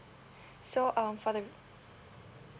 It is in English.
so um for the